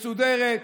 מסודרת,